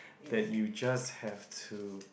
that you just have to